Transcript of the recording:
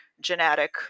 genetic